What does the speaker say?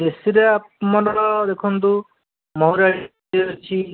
ଦେଶୀରେ ଆମର ଦେଖନ୍ତୁ ମୋର ଇଏ ଅଛି ବୋଲି